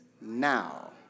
now